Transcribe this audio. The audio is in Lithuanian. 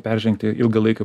peržengti ilgalaikių